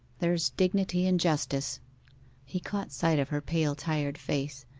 there's dignity in justice he caught sight of her pale tired face,